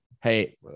Hey